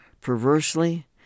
Perversely